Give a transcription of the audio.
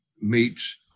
meets